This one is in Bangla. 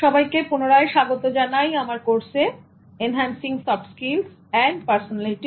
সবাইকে পুনরায় স্বাগত জানাই আমার কোর্সে enhancing soft skills and personality